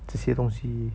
这些东西